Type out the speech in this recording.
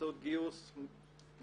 באמצעות גיוס מהבנקים,